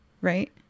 right